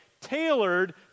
tailored